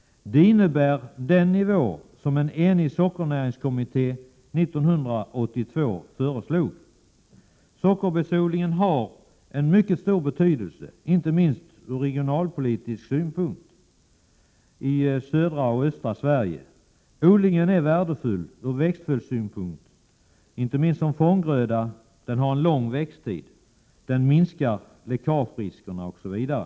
Det motsvarar den nivå som en enig sockernäringskommitté föreslog år 1982. Sockerbetsodlingen har en mycket stor betydelse i södra och östra Sverige, inte minst regionalpolitiskt. Odlingen är värdefull ur växtföljdssynpunkt, inte minst som fånggröda, eftersom den har en lång växttid, och därför minskar riskerna för läckage osv.